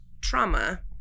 trauma